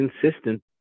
consistent